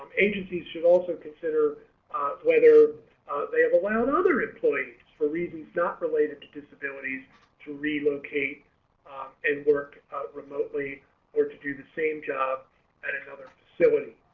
ah agencies should also consider whether they have allowed other employees for reasons not related to disabilities to relocate and work remotely or to do the same job and another facility